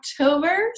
October